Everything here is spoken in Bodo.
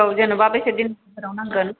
औ जेनेबा बेसे दिन नांगोन